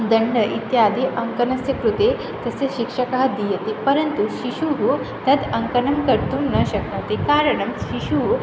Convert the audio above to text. दण्डः इत्यादि अङ्कनस्य कृते तस्य शिक्षकः दीयते परन्तु शिशुः तत् अङ्कनं कर्तुं न शक्नोति कारणं शिशुः